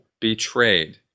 betrayed